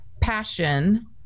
passion